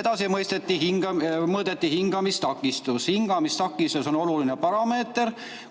Edasi mõõdeti hingamistakistust. Hingamistakistus on oluline parameeter,